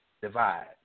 divide